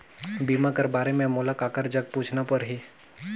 बीमा कर बारे मे मोला ककर जग पूछना परही?